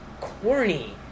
corny